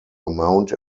amount